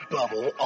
Bubble